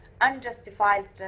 unjustified